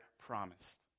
promised